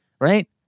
right